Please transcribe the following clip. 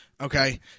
Okay